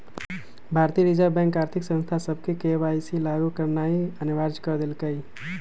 भारतीय reserve bank आर्थिक संस्था सभके के.वाई.सी लागु करनाइ अनिवार्ज क देलकइ